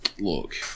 Look